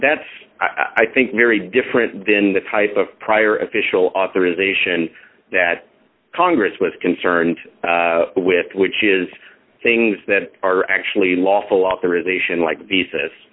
that's i think very different than the type of prior official authorization that congress was concerned with which is things that are actually lawful authorization like visas